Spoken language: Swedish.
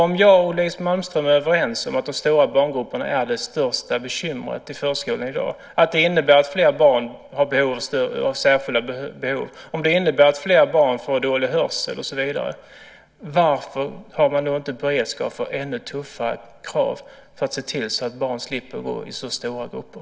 Om jag och Louise Malmström är överens om att de stora barngrupperna är det största bekymret i förskolan i dag, om det innebär att fler barn har särskilda behov, om det innebär att fler barn får dålig hörsel och så vidare, varför har man då inte beredskap för ännu tuffare krav så att man ser till att barn slipper gå i så stora grupper?